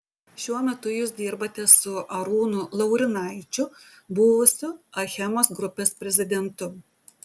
šiuo metu jūs dirbate su arūnu laurinaičiu buvusiu achemos grupės prezidentu